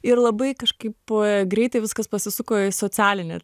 ir labai kažkaip greitai viskas pasisuko į socialinę